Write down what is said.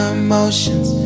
emotions